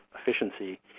efficiency